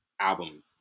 album